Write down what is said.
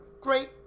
Great